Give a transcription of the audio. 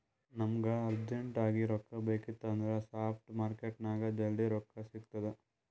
ನಮುಗ ಅರ್ಜೆಂಟ್ ಆಗಿ ರೊಕ್ಕಾ ಬೇಕಿತ್ತು ಅಂದುರ್ ಸ್ಪಾಟ್ ಮಾರ್ಕೆಟ್ನಾಗ್ ಜಲ್ದಿ ಸಿಕ್ತುದ್